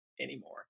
anymore